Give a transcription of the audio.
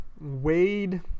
Wade